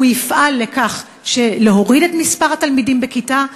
הוא יפעל להורדת מספר התלמידים בכיתה.